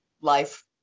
life